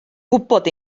gwybod